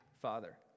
Father